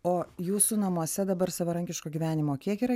o jūsų namuose dabar savarankiško gyvenimo kiek yra